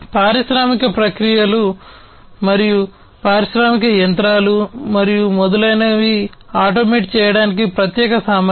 పారిశ్రామిక ప్రక్రియలు పారిశ్రామిక యంత్రాలు మరియు మొదలైనవి ఆటోమేట్ చేయడానికి ప్రత్యేక సామర్థ్యాలు